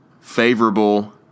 favorable